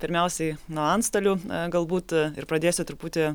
pirmiausiai nuo antstolių a galbūt ir pradėsiu truputį